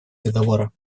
договора